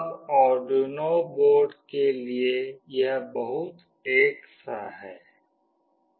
अब Arduino board के लिए यह बहुत एकसा है